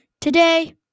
Today